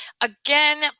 again